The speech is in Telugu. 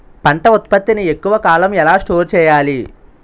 పంట ఉత్పత్తి ని ఎక్కువ కాలం ఎలా స్టోర్ చేయాలి?